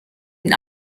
ihn